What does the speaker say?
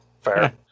fair